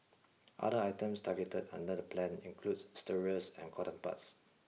other items targeted under the plan include stirrers and cotton buds